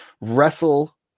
wrestle